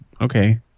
okay